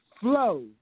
flow